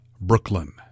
Brooklyn